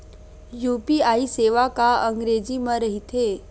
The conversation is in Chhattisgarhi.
यू.पी.आई सेवा का अंग्रेजी मा रहीथे?